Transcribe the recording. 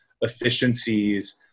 efficiencies